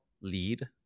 lead